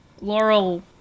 Laurel